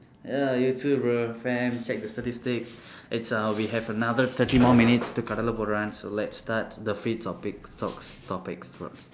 ya you too bro fam check the statistics it's uh we have another thirty more minutes to கடலை:kadalai poduraan so let's start the free topic talks topic prompt